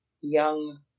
young